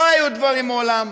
לא היו דברים מעולם.